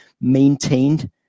maintained